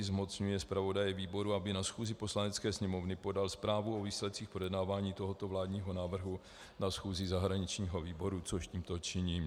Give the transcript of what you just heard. Zmocňuje zpravodaje výboru, aby na schůzi Poslanecké sněmovny podal zprávu o výsledcích projednávání tohoto vládního návrhu na schůzi zahraničního výboru což tímto činím.